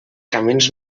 camins